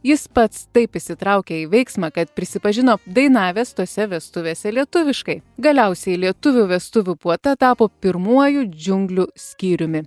jis pats taip įsitraukė į veiksmą kad prisipažino dainavęs tose vestuvėse lietuviškai galiausiai lietuvių vestuvių puota tapo pirmuoju džiunglių skyriumi